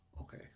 Okay